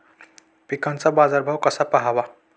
पिकांचा बाजार भाव कसा पहावा?